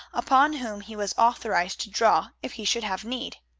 upon whom he was authorized to draw if he should have need.